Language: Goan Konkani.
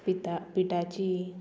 पिता पिठाची